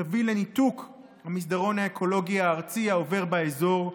ותביא לניתוק המסדרון האקולוגי הארצי העובר באזור,